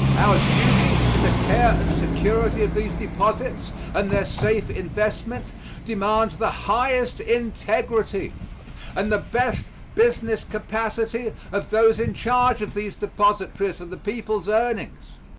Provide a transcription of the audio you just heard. our duty in the care and security of these deposits and their safe investment demands the highest integrity and the best business capacity of those in charge of these depositories of the people's earnings.